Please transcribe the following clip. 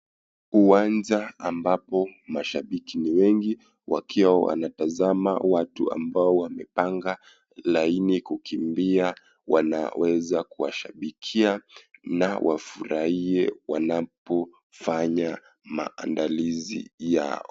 Uwanja ambapo mashabiki ni wengi wakiwa wanatazama watu ambao wamepanga laini kukimbia, wanaweza kuwashabikia na wafurahie wanapofanya maandalizi yao.